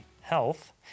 Health